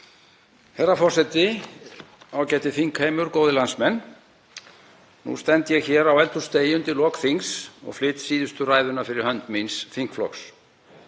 Herra forseti. Ágæti þingheimur. Góðir landsmenn. Nú stend ég hér á eldhúsdegi undir lok þings og flyt síðustu ræðuna fyrir hönd míns þingflokks.